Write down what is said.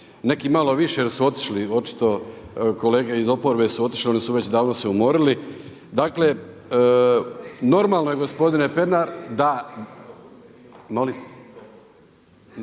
neki malo više jer su otišli očito, kolege iz oporbe su otišle, oni su već davno se umorili. Dakle normalno je gospodine Pernar da